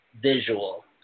visual